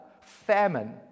famine